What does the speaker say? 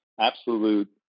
absolute